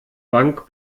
bank